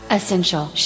Essential